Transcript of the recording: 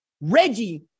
Reggie